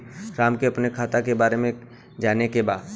राम के अपने खाता के बारे मे जाने के बा?